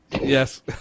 Yes